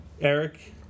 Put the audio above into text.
Eric